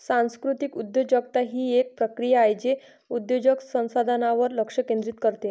सांस्कृतिक उद्योजकता ही एक प्रक्रिया आहे जे उद्योजक संसाधनांवर लक्ष केंद्रित करते